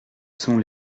sont